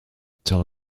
until